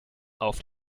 auf